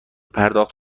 پرداخت